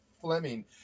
Fleming